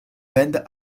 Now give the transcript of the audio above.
band